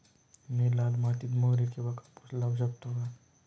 मी लाल मातीत मोहरी किंवा कापूस लावू शकतो का?